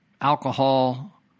alcohol